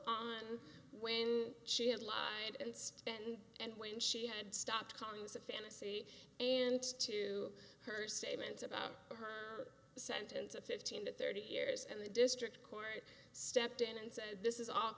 on when she had lied and spent and when she had stopped calling this a fantasy and to her statements about her sentence of fifteen to thirty years and the district court stepped in and said this is